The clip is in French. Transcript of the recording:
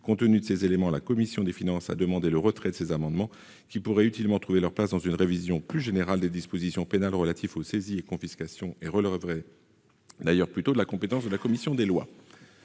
Compte tenu de ces éléments, la commission des finances a demandé le retrait de ces amendements, qui pourraient utilement trouver leur place dans le cadre d'une révision plus générale des dispositions pénales relatives aux saisies et confiscations et relèveraient à ce titre de la compétence de la commission des lois.